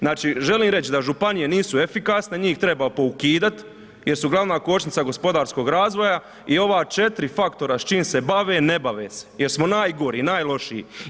Znači želim reći da županije nisu efikasne, njih treba poukidat jer su glavna kočnica gospodarskog razvoja i ova četiri faktora s čim se bave, ne bave se jer smo najgori, najlošiji.